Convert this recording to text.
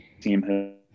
team